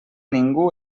ningú